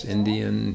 Indian